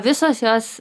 visos jos